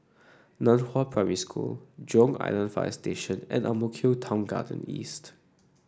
Nan Hua Primary School Jurong Island Fire Station and Ang Mo Kio Town Garden East